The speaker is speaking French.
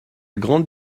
grande